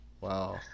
Wow